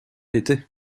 était